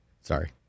Sorry